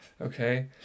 okay